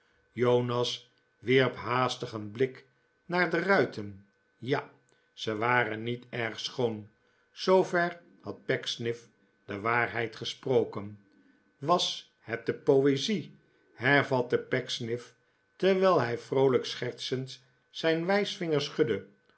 jonas wierp haastig een blik naar de ruiten ja zij waren niet erg schoon zoover had pecksniff de waarheid gesproken t was het de poezie hervatte pecksniff ierwijl hij vroolijk schertsend zijn wijsvinger schudde